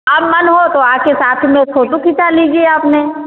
अब मन हो तो आकर साथ में फोटो खींचा लीजिए आपने